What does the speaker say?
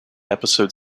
episode